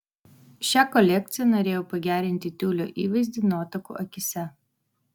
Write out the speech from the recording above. šia kolekcija norėjau pagerinti tiulio įvaizdį nuotakų akyse